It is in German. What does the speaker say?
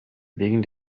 wegen